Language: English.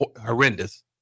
horrendous